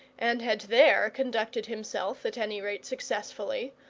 and had there conducted himself at any rate successfully,